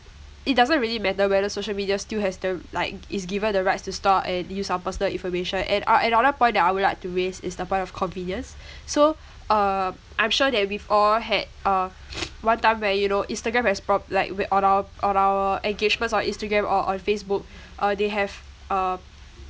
it doesn't really matter whether social media still has the like is given the rights to store and use our personal information and uh another point that I would like to raise is the point of convenience so uh I'm sure that we've all had uh one time where you know instagram has prom~ like whe~ on our on our engagements on instagram or on facebook uh they have uh